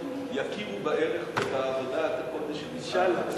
יכירו בערך ובעבודת הקודש של משרד האוצר.